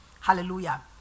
Hallelujah